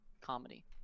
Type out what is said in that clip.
Comedy